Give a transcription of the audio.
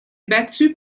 battu